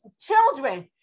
children